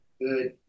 good